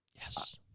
Yes